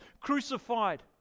crucified